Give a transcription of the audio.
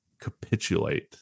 capitulate